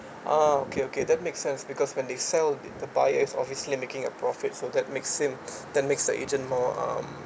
ah okay okay that make sense because when they sell the buyers is obviously making a profit so that makes him that makes the agent more um